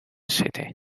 city